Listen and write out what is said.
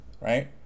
Right